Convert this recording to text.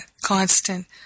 constant